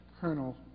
Colonel